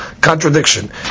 contradiction